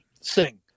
sing